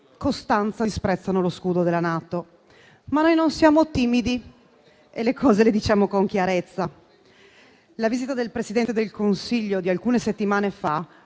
costanza disprezzano lo scudo della NATO. Ma noi non siamo timidi e le cose le diciamo con chiarezza. La visita del Presidente del Consiglio di alcune settimane fa